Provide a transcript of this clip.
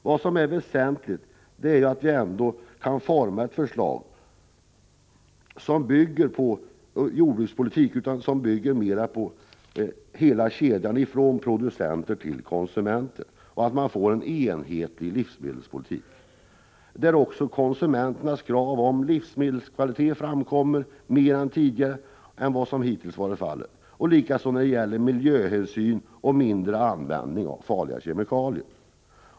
Väsentligt är att vi kan forma ett förslag som inte bygger enbart på jordbrukets förhållanden utan mera på hela kedjan från producenter till konsumenter, så att vi får en enhetlig livsmedelspolitik. I denna skall även konsumenternas krav på livsmedelskvalitet framkomma mer än vad som hittills har varit fallet. Detsamma gäller kraven på miljöhänsyn och på minskning av användningen av farliga kemikalier.